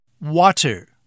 Water